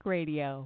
Radio